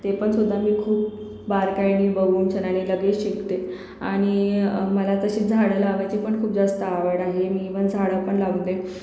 तेपण सुद्धा मी खूप बारकाईनी बघूनशान आणि लगेच शिकते आणि मला तशीच झाडं लावायची पण खूप जास्त आवड आहे मी इव्हन झाडं पण लावते